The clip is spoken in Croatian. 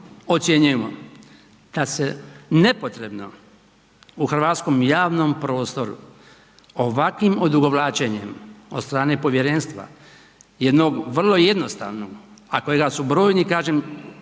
ocjenjujemo da se nepotrebno u hrvatskom javnom prostoru ovakvim odugovlačenjem od strane povjerenstva, jednog vrlo jednostavnog a kojega su brojni kažem